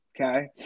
okay